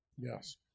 Yes